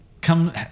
come